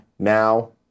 now